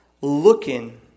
looking